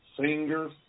singers